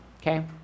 Okay